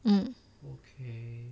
hmm